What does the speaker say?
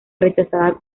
rechazada